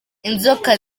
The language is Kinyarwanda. inzoka